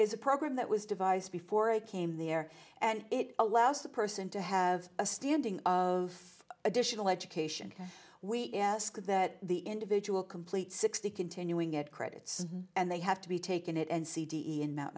is a program that was devised before i came there and it allows the person to have a standing of additional education we ask that the individual complete sixty continuing at credits and they have to be taken it and c